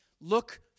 look